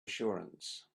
assurance